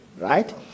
right